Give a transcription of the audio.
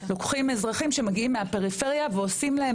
לוקחים אזרחים שמגיעים מהפריפריה ועושים להם